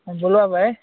ଭଲ ହେବ ହେ